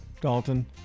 Dalton